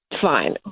Fine